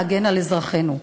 להגן על אזרחינו.